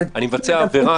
אני מבצע עבירה,